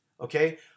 Okay